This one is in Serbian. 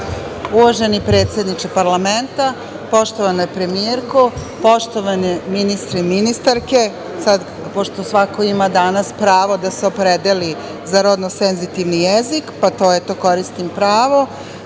Uvaženi predsedniče parlamenta, poštovana premijerko, poštovani ministri i ministarke, pošto svako danas ima pravo da se opredeli za rodno senzitivni jezik, pa eto koristim to pravo